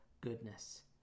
goodness